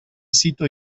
sito